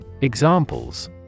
Examples